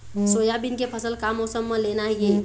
Soybean के फसल का मौसम म लेना ये?